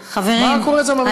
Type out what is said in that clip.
מה קורה שם במרפסת, נו.